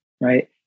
right